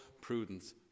prudence